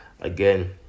Again